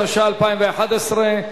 התשע"א 2011,